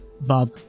Bob